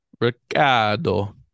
Ricardo